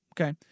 Okay